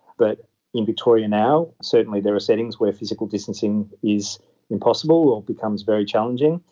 but in victoria now certainly there are settings where physical distancing is impossible or becomes very challenging,